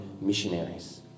missionaries